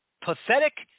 pathetic